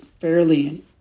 fairly